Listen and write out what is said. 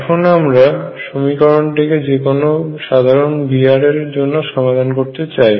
এখন আমরা সমীকরণটি কে যেকোনো সাধারণ V এর জন্য সমাধান করতে চাই